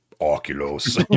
Oculus